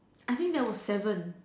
I think there was seven